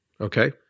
Okay